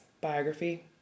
biography